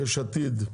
יש עתיד,